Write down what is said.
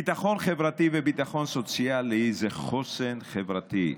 ביטחון חברתי וביטחון סוציאלי זה חוסן חברתי,